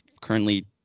currently